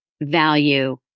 value